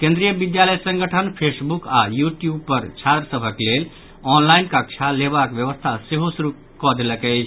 केन्द्रीय विद्यालय संगठन फेसबुक आओर YouTube पर छात्र सभक लेल ऑनलाईन कक्षा लेबाक व्यवस्था सेहो शुरू कऽ देलक अछि